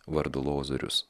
vardu lozorius